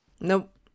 Nope